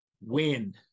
Win